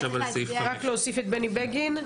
רק להוסיף את בני בגין.